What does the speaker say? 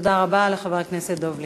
תודה רבה לחבר הכנסת דב ליפמן.